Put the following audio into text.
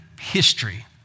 history